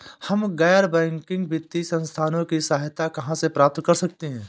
हम गैर बैंकिंग वित्तीय संस्थानों की सहायता कहाँ से प्राप्त कर सकते हैं?